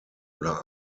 oder